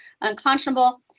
unconscionable